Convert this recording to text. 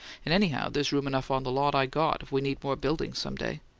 and anyhow there's room enough on the lot i got, if we need more buildings some day.